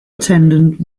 attendant